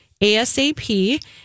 ASAP